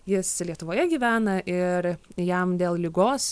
jis lietuvoje gyvena ir jam dėl ligos